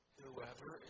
Whoever